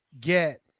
get